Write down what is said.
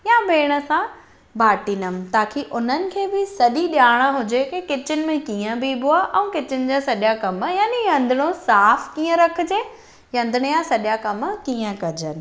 या भेण सां बांटीदमि ताकी उन्हनि खे बि सॼी ॼाण हुजे की किचन में कीअं बीहबो आहे ऐं किचन जा सॼा कम याने रंधिणो साफ़ कीअं रखिजे रंधिणे जा सॼा कम कीअं कनि